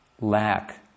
lack